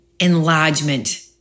enlargement